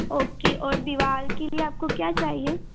okay और दीवार के लिए आपको क्या चाहिए